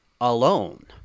alone